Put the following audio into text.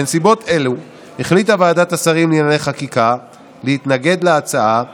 בנסיבות אלו החליטה ועדת השרים לענייני חקיקה להתנגד להצעה זו,